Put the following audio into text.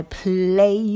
play